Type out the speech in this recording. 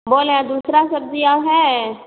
बोल रहे हैं दूसरा सब्जी और है